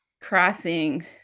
crossing